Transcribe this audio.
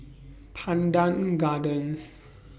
Pandan Gardens